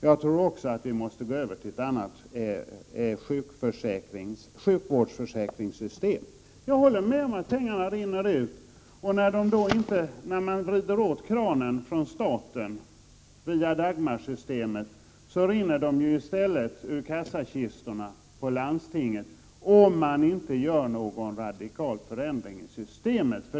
Vi måste också byta sjukvårdsförsäkringssystem. Jag håller med om att pengarna rinner ut. När staten via Dagmarsystemet vrider åt kranen så rinner pengarna i stället ur landstingens kassakistor, om vi inte åstadkommer någon radikal förändring i systemet.